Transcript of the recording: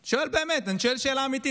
אני שואל באמת, אני שואל שאלה אמיתית.